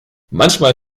manchmal